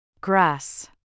grass